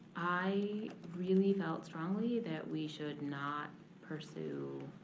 i really felt strongly that we should not pursue